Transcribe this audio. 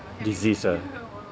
disease ah